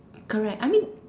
correct I mean